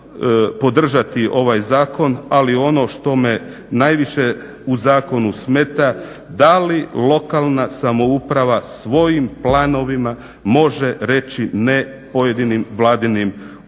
podržati ovaj zakon ali ono što me najviše u zakonu smeta da li lokalna samouprava svojim planovima može reći ne pojedinim vladinim odlukama?